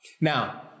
Now